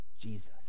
Jesus